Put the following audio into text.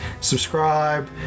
subscribe